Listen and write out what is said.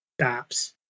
stops